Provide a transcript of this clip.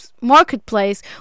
marketplace